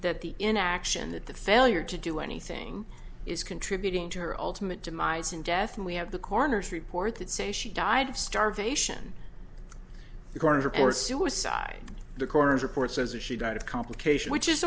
that the inaction that the failure to do anything is contributing to her alternate demise and death and we have the coroner's report that say she died of starvation garner for suicide the coroner's report says that she died of complication which is